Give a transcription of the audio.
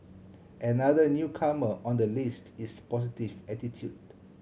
another newcomer on the list is positive attitude